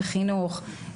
בחינוך,